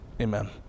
Amen